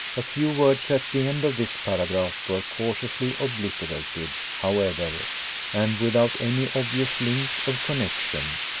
a few words at the end of this paragraph were cautiously obliterated, however and, without any obvious link of connexion,